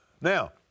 Now